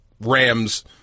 Rams